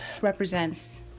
represents